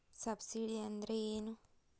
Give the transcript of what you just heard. Subsidy ಅಂದ್ರೆ ಏನು?